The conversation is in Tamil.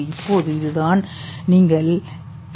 இப்போது இதுதான் நீங்கள் பி